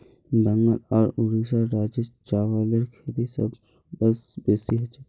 बंगाल आर उड़ीसा राज्यत चावलेर खेती सबस बेसी हछेक